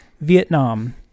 Vietnam